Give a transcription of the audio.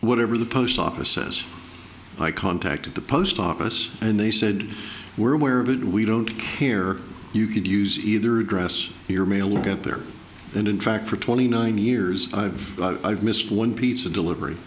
whatever the post office says i contacted the post office and they said we're aware of it we don't care you could use either address your mail or get there and in fact for twenty nine years i've missed one pizza delivery